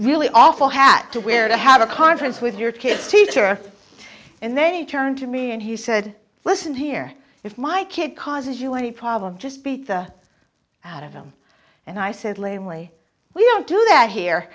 really awful hat to wear to have a conference with your kid's teacher and then he turned to me and he said listen here if my kid causes you any problem just beat the out of them and i said lamely we don't do that here